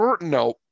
no